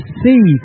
see